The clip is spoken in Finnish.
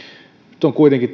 nyt on kuitenkin